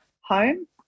home